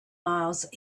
miles